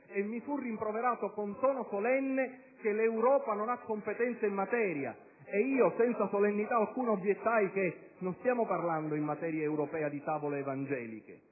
mi fu rimproverato, con tono solenne, che l'Europa non aveva competenze in materia? Io, senza solennità alcuna, obiettai che non stavamo parlando in materia europea di tavole evangeliche,